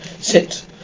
sit